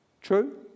True